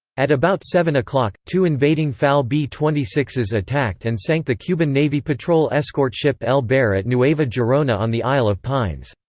at about seven zero, two invading fal b twenty six s attacked and sank the cuban navy patrol escort ship el baire at nueva gerona on the isle of pines.